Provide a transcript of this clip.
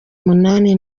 umunani